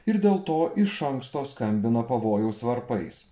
ir dėl to iš anksto skambina pavojaus varpais